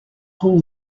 pull